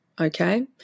Okay